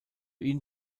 ihn